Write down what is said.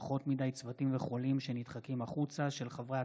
פחות מדי צוותים וחולים שנדחקים החוצה; על